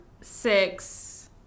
six